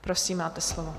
Prosím, máte slovo.